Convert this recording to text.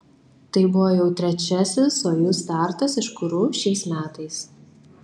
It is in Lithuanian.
tai buvo jau trečiasis sojuz startas iš kuru šiais metais